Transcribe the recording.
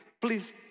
please